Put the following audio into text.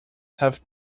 have